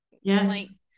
Yes